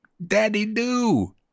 Daddy-do